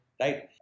Right